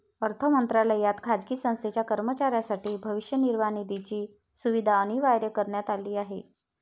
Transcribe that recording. अर्थ मंत्रालयात खाजगी संस्थेच्या कर्मचाऱ्यांसाठी भविष्य निर्वाह निधीची सुविधा अनिवार्य करण्यात आली आहे